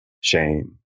shame